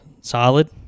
Solid